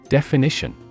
Definition